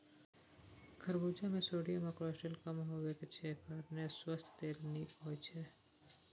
खरबुज मे सोडियम आ कोलेस्ट्रॉल कम हेबाक कारणेँ सुआस्थ लेल नीक होइ छै